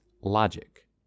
logic